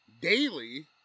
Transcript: daily